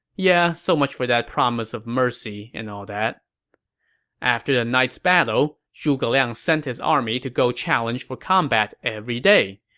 yeah, so much for that promise of mercy and all that after the night's battle, zhuge liang sent his army to go challenge for combat every day,